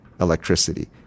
electricity